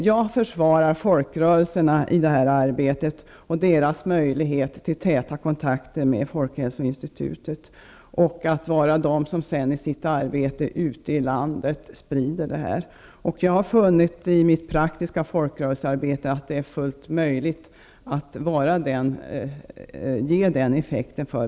Jag försvarar folkrörelserna i det här arbetet med deras möjlighet till täta kontakter med Folkhälsoinstitutet och till spridning av information. I mitt praktiska folksrörelsearbete har jag funnit att det är fullt möjligt att nå den effekten.